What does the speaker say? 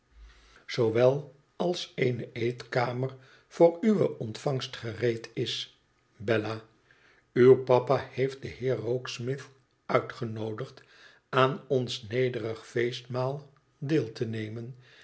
zoowel als eene eetkamer voor uwe ontvangst gereed is bella uw papa heeft den heer rokesmith uitgenoodigd aan ons nederig feestmaal deel te nenoen